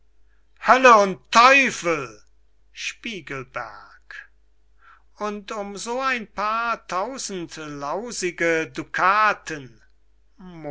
hölle und teufel spiegelberg und um so ein paar tausend lausige dukaten